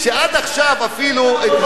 שעד עכשיו אפילו,